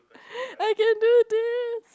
I can do it do this